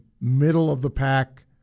middle-of-the-pack